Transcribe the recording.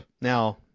Now